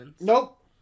Nope